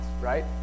right